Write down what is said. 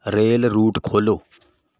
rail route ਖੋਲ੍ਹੋ